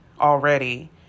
already